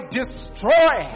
destroy